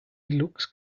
looks